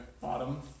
Bottom